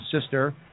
sister